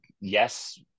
yes